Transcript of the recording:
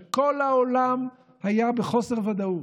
כשכל העולם היה בחוסר ודאות,